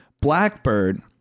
Blackbird